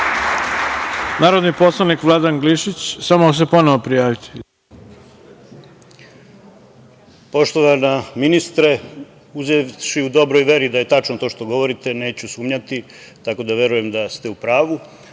Hvala. Narodni poslanik Vladan Glišić ima reč. **Vladan Glišić** Poštovana ministre, uzevši u dobroj veri da je tačno to što govorite, neću sumnjati, tako da verujem da ste u pravu,